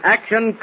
Action